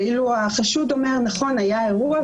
ואילו החשוד אומר שהיה אירוע,